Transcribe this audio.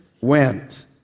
went